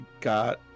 got